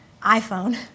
iPhone